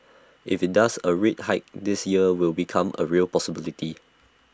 if IT does A rate hike this year will become A real possibility